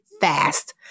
fast